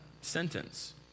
sentence